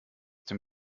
dem